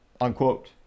Unquote